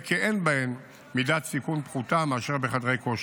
כי אין בהן מידת סיכון פחותה מאשר בחדרי כושר,